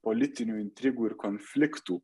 politinių intrigų ir konfliktų